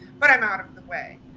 but i'm out of the way.